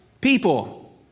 people